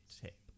tip